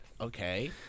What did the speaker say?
okay